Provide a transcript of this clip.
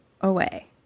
away